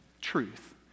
truth